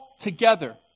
together